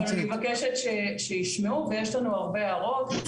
אני מבקשת שישמעו ויש לנו הרבה הערות,